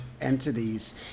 entities